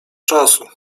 czasu